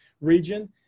region